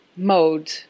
mode